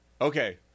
Okay